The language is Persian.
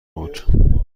بود